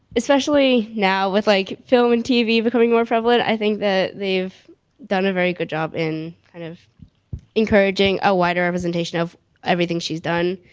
especially now with like film and tv becoming more prevalent, i think that they've done a very good job in kind of encouraging a wider representation of everything she's done,